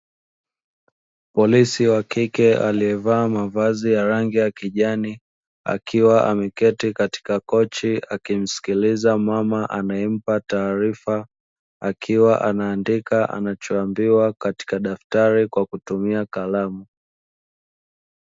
Polisi wakike aliyevaa mavazi ya rangi ya kijani, akiwa ameketi katika kochi akimsikiliza mama anaempa taarifa, akiwa anaandika anachoambiwa katika daftari kwa kutumia kalamu.